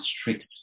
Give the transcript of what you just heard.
strict